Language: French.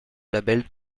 label